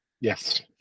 Yes